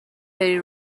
بری